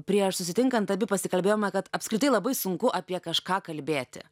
prieš susitinkant abi pasikalbėjome kad apskritai labai sunku apie kažką kalbėti